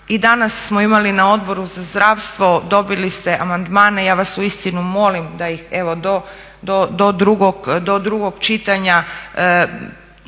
i danas smo imali na Odboru za zdravstvo, dobili ste amandmane i ja vas uistinu molim da ih evo do drugog čitanja